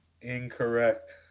Incorrect